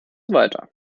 weiter